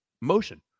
motion